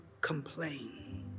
complain